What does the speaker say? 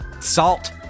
Salt